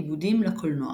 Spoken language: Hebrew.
עיבודים לקולנוע